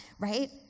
right